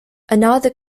another